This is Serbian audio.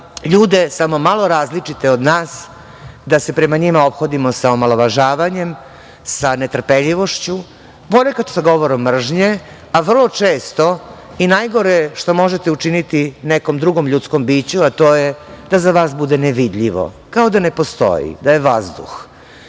ljude samo malo različite od nas da se prema njima ophodimo sa omalovažavanjem, sa netrpeljivošću, ponekad sa govorom mržnje, a vrlo često i najgore što možete učiniti nekom drugom ljudskom biću to je da za vas bude nevidljivo, kao da ne postoji, da je vazduh.